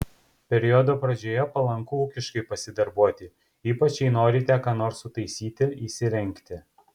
periodo pradžioje palanku ūkiškai pasidarbuoti ypač jei norite ką nors sutaisyti įsirengti